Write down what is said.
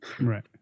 Right